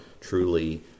truly